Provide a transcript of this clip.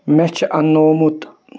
مےٚ چھُ اننومُت